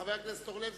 חבר הכנסת אורלב,